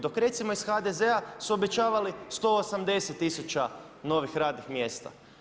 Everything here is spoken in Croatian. Dok recimo iz HDZ-a su obećavali 180 000 novih radnih mjesta.